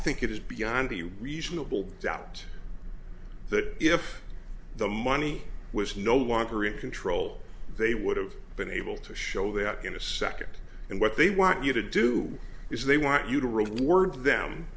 think it is beyond the reasonable doubt that if the money was no longer in control they would have been able to show that in a second and what they want you to do is they want you to reward them reward them